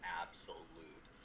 absolute